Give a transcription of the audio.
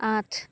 আঠ